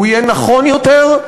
הוא יהיה נכון יותר,